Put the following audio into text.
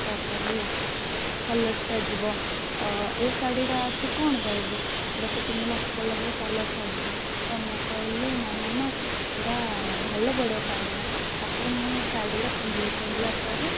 ତା'ପରେ କଲର୍ ଛାଡ଼ିଯିବ ଏ ଶାଢ଼ୀଟା ତୁ କ'ଣ କହିବୁ ଏଇଟା ତ ତିନି ମାସ ଗଲା ପରେ କଲର୍ ଛାଡ଼ିଯିବ ତ ମୁଁ କହିଲି ନାଇଁ ମାମା ଏଇଟା ଭଲ ପଡ଼ିବ ଶାଢ଼ୀଟା ତା'ପରେ ମୁଁ ଶାଢ଼ୀଟା ପିନ୍ଧିଲି ପିନ୍ଧିଲା ପରେ